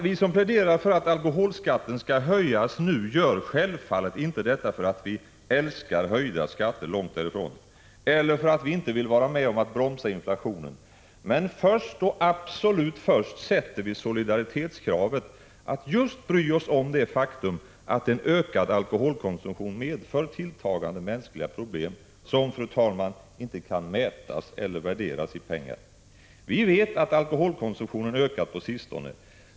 Vi som pläderar för att alkoholskatten skall höjas nu gör självfallet inte detta för att vi älskar höjda skatter, långt därifrån, eller för att vi inte vill vara med om att bromsa inflationen. Men först och absolut först sätter vi solidaritetskravet att just bry oss om det faktum att en ökad alkoholkonsumtion medför tilltagande mänskliga problem som inte kan mätas eller värderas i pengar. Vi vet att alkoholkonsumtionen ökat på sistone.